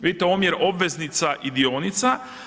Vidite omjer obveznica i dionica?